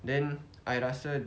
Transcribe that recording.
then I rasa